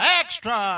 extra